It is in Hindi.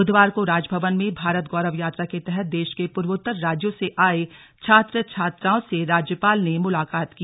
बुधवार को राजभवन में भारत गौरव यात्रा के तहत देश के पूर्वोत्तर राज्यों से आए छात्र छात्राओं से राज्यपाल ने मुलाकात की